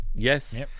Yes